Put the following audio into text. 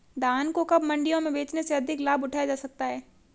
धान को कब मंडियों में बेचने से अधिक लाभ उठाया जा सकता है?